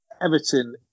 Everton